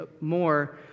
more